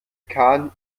kahn